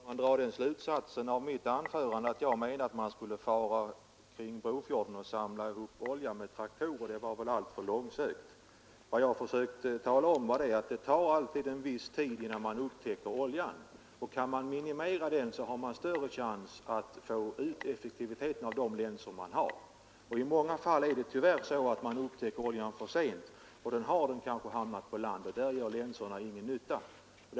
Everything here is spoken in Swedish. Fru talman! Herr Torwald drar den slutsatsen av mitt anförande, att jag menar att man skulle fara kring Brofjorden och samla ihop olja med traktorer. Det var väl alltför långsökt. Vad jag försökte tala om var att det tar alltid en viss tid innan man upptäcker oljan, och kan man minimera den tiden har man större chans att få ut effekten av de länsor som finns. I många fall är det tyvärr så att man upptäcker oljan för sent, och då har den kanske hamnat på land, där länsorna inte gör någon nytta.